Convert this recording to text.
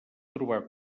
trobar